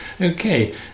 okay